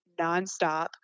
nonstop